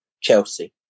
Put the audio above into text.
Chelsea